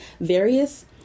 various